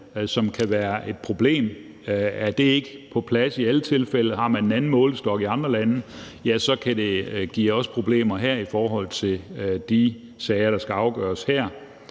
som kan være et problem. Er det ikke på plads i alle tilfælde, eller har man en anden målestok i andre lande, kan det give os problemer her i forhold til de sager, der skal afgøres her.